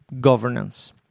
governance